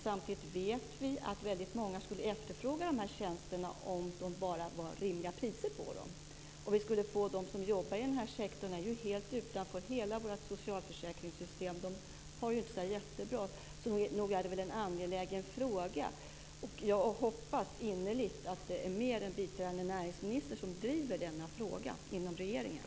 Samtidigt vet vi att väldigt många skulle efterfråga dessa tjänster om det bara var rimliga priser på dem. De som jobbar i den här sektorn står ju utanför hela vårt socialförsäkringssystem. De har det inte så där jättebra. Så nog är det en angelägen fråga. Jag hoppas innerligt att det är fler än biträdande näringsministern som driver denna fråga inom regeringen.